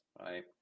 right